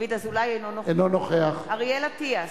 אינו נוכח אריאל אטיאס,